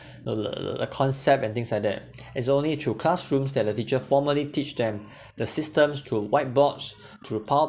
the the the concept and things like that is only through classrooms that the teacher formally teach them the systems through white board through power